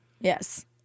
yes